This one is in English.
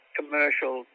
commercial